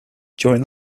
during